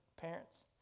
Parents